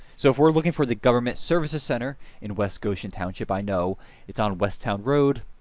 so if we're looking for the government services center in west goshen township, i know it's on westtown road.